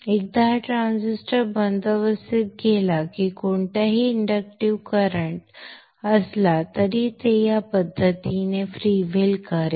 एकदा हा ट्रान्झिस्टर बंद अवस्थेत गेला की कोणताही इंडक्टिव्ह करंट असला तरीही ते या पद्धतीने फ्रीव्हील करेल